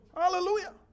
hallelujah